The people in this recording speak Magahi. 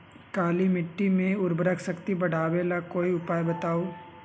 काली मिट्टी में उर्वरक शक्ति बढ़ावे ला कोई उपाय बताउ?